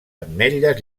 ametlles